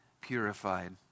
purified